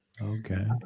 Okay